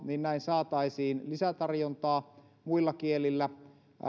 että näin saataisiin lisätarjontaa muilla kielillä